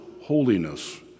holiness